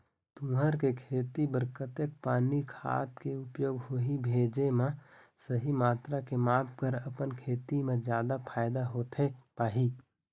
तुंहर के खेती बर कतेक पानी खाद के उपयोग होही भेजे मा सही मात्रा के माप कर अपन खेती मा जादा फायदा होथे पाही?